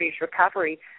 Recovery